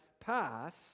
pass